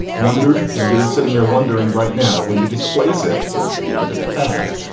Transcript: wondered. and you're sitting there wondering right now, when you displace it, so to speak, into the past,